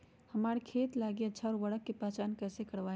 हमार खेत लागी अच्छा उर्वरक के पहचान हम कैसे करवाई?